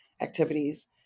activities